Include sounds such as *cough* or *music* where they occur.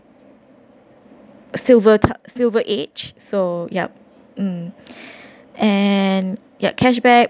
silver ta~ silver age so yup mm *breath* and ya cashback